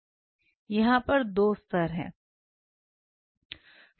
यहां पर दो स्तर हैं